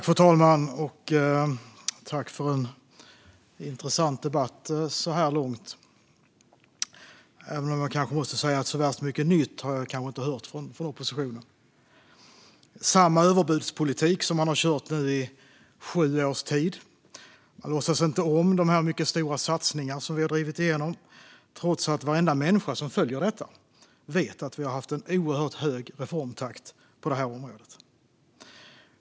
Fru talman! Jag tackar för en intressant debatt så här långt, även om jag måste säga att jag inte har hört så värst mycket nytt från oppositionen. Det är samma överbudspolitik som man har kört med i sju års tid. Man låtsas inte om de mycket stora satsningar som regeringen har drivit igenom, trots att varenda människa som följer frågorna vet att vi har haft en oerhört hög reformtakt på området.